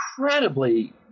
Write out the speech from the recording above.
incredibly